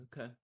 Okay